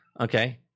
Okay